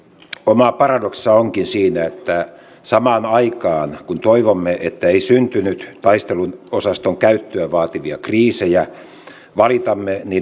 oma paradoksinsa onkin siinä että samaan aikaan kun toivomme että ei syntyisi taisteluosaston käyttöä vaativia kriisejä valitamme niiden käyttämättömyyttä